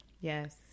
yes